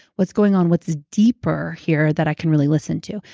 what's going on? what's deeper here that i can really listen to?